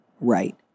Right